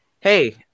Hey